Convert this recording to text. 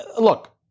look